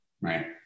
Right